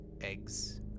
eggs